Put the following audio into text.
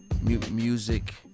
music